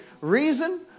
Reason